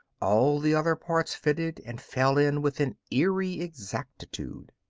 all the other parts fitted and fell in with an eerie exactitude.